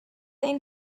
این